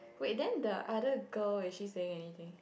wait then the other girl is she saying anything